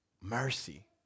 Mercy